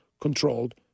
controlled